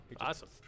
Awesome